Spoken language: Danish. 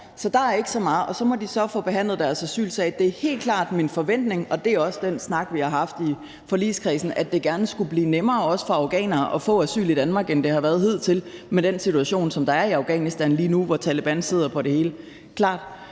Så der er ikke så meget. Og så må de få behandlet deres asylsag. Det er helt klart min forventning – og det er også den snak, vi har haft i forligskredsen – at det gerne skulle blive nemmere også for afghanere at få asyl i Danmark, end det har været hidtil, med den situation, som der er i Afghanistan lige nu, hvor Taleban sidder på det hele. Det